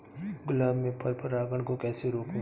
गुलाब में पर परागन को कैसे रोकुं?